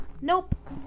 Nope